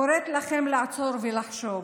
אני קוראת לכם לעצור ולחשוב,